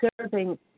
serving